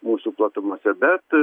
mūsų platumose bet